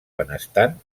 benestant